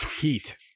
Heat